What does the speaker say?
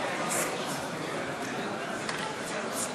התייעצתי עם ותיקים ממני: